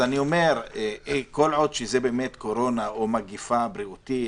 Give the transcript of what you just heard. כל עוד שזה קורונה או מגפה בריאותית